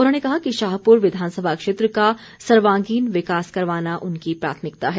उन्होंने कहा कि शाहपुर विधानसभा क्षेत्र का सर्वांगीण विकास करवाना उनकी प्राथमिकता है